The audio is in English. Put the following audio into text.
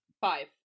Five